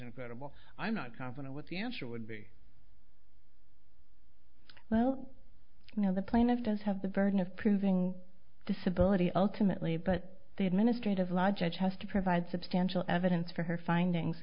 well i'm not confident what the answer would be well you know the plaintiff does have the burden of proving disability ultimately but the administrative law judge has to provide substantial evidence for her findings